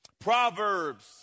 Proverbs